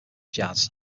jazz